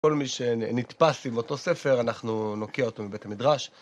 כל מי שנתפס עם אותו ספר, אנחנו נוקיע אותו מבית המדרש.